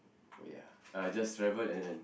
oh ya I just travel and then